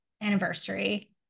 anniversary